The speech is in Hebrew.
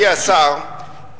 ידידי השר,